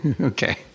okay